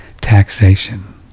taxation